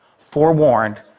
forewarned